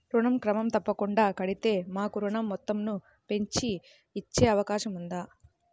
ఋణం క్రమం తప్పకుండా కడితే మాకు ఋణం మొత్తంను పెంచి ఇచ్చే అవకాశం ఉందా?